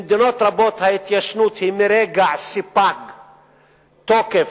במדינות רבות ההתיישנות היא מרגע שפג תוקף,